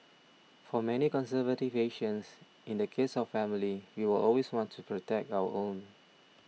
for many conservative Asians in the case of family we will always want to protect our own